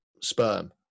sperm